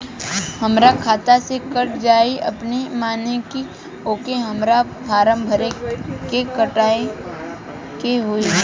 हमरा खाता से कट जायी अपने माने की आके हमरा फारम भर के कटवाए के होई?